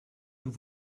nous